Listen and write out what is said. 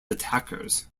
attackers